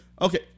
Okay